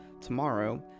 tomorrow